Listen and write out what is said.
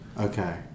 Okay